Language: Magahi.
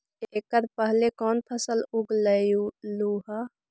एकड़ पहले कौन फसल उगएलू हा?